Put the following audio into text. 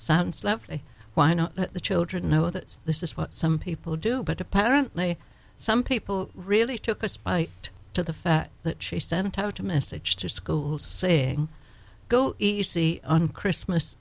sounds lovely why no children know that this is what some people do but apparently some people really took us by it to the fact that she sent out a message to school saying go easy on christmas